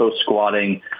squatting